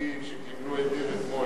המושחתים שקיבלו היתר אתמול,